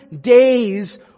days